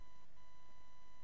תודה